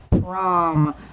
prom